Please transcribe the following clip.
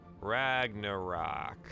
Ragnarok